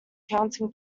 counting